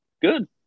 good